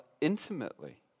intimately